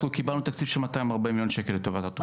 אנחנו קיבלנו תקציב של 240 מיליון שקל לטובת התוכנית.